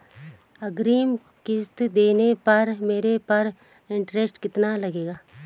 अग्रिम किश्त देने पर मेरे पर इंट्रेस्ट कितना लगेगा?